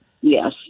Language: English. Yes